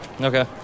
Okay